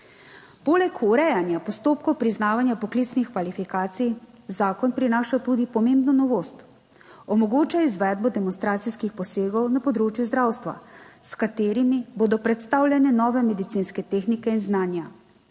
Poleg urejanja postopkov priznavanja poklicnih kvalifikacij zakon prinaša tudi pomembno novost. omogoča izvedbo demonstracijskih posegov na področju zdravstva, s katerimi bodo predstavljene nove medicinske tehnike in znanja.